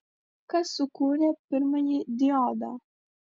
kas sukūrė pirmąjį diodą